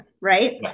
right